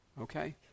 Okay